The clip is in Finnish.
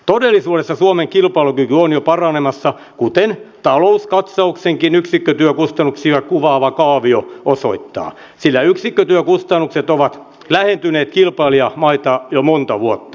todellisuudessa suomen kilpailukyky on jo paranemassa kuten talouskatsauksenkin yksikkötyökustannuksia kuvaava kaavio osoittaa sillä yksikkötyökustannukset ovat lähentyneet kilpailijamaita jo monta vuotta